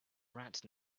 rat